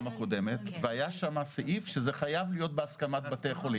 אגב, הנה, שר הבריאות בהסכמת שר האוצר ולא